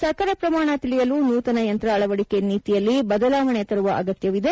ಸಕ್ಕರೆ ಪ್ರಮಾಣ ತಿಳಿಯಲು ನೂತನ ಯಂತ್ರ ಅಳವಡಿಕೆನೀತಿಯಲ್ಲಿ ಬದಲಾವಣೆ ತರುವಅಗತ್ಯವಿದೆ